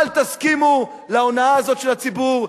אל תסכימו להונאה הזאת של הציבור,